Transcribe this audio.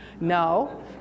No